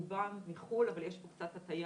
רובם מחו"ל אבל יש פה קצת הטעיה,